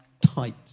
tight